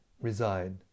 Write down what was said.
reside